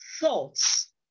thoughts